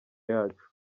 yacu